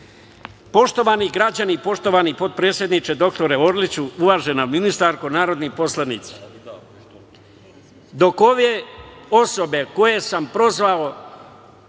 hoćete. Poštovani građani, poštovani potpredsedniče doktore Orliću, uvažena ministarko, narodni poslanici, dok ove osobe koje sam prozvao